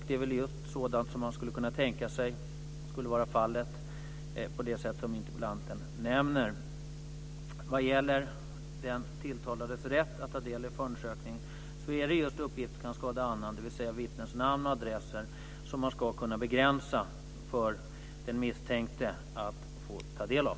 Det är det som man skulle kunna tänka sig vara fallet på det sätt som interpellanten nämner. Vad gäller den tilltalades rätt att ta del av förundersökning är det uppgifter som kan skada annan, dvs. vittnens namn och adresser, som ska kunna begränsas för den misstänkte att få ta del av.